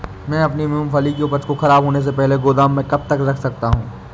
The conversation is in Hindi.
मैं अपनी मूँगफली की उपज को ख़राब होने से पहले गोदाम में कब तक रख सकता हूँ?